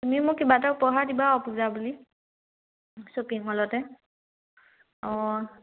তুমি মোক কিবা এটা উপহাৰ দিবা আৰু পূজা বুলি শ্বপিং মলতে অ